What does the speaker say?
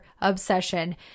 obsession